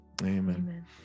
Amen